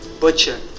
Butcher